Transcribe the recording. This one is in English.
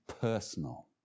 personal